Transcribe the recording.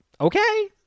Okay